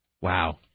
Wow